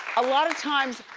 a lot of times,